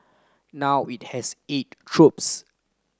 now it has eight troops